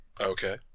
Okay